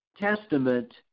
Testament